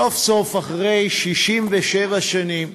סוף-סוף, אחרי 67 שנים,